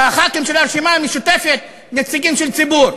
וחברי הכנסת של הרשימה המשותפת הם נציגים של ציבור.